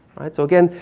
alright, so again,